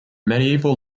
medieval